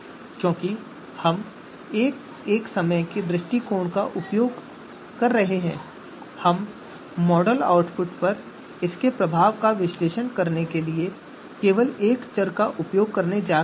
क्योंकि हम एक एक समय के दृष्टिकोण का उपयोग कर रहे हैं हम मॉडल आउटपुट पर इसके प्रभाव का विश्लेषण करने के लिए केवल एक चर का उपयोग करने जा रहे हैं